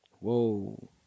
Whoa